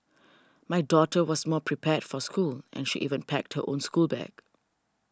my daughter was more prepared for school and she even packed her own schoolbag